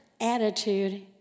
attitude